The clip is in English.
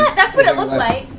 that's that's what it looked like.